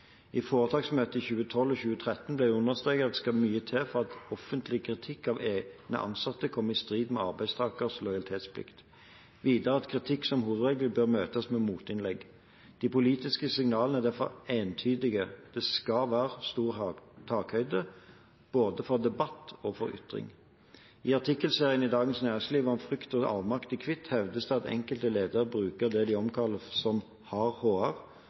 I foretaksmøtet i 2012 og 2013 ble det understreket at det skal mye til for at offentlig kritikk fra egne ansatte kommer i strid med arbeidstakers lojalitetsplikt, og videre at kritikk som hovedregel bør møtes med motinnlegg. De politiske signalene er derfor entydige. Det skal være stor takhøyde, både for debatt og for ytring. I artikkelserien i Dagens Næringsliv om «Frykt og avmakt i hvitt» hevdes det at enkelte ledere bruker det de omtaler som